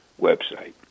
website